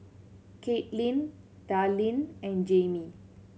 Caitlin Darleen and Jaime